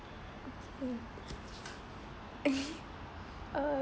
okay uh